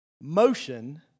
Motion